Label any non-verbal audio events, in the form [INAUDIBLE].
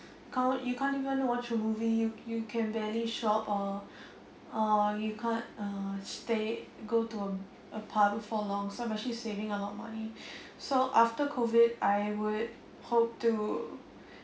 can't you can't even watch a movie you can barely shop or [BREATH] or you can't uh stay go to a a park for long so I'm actually saving a lot of money [BREATH] so after COVID I would hope to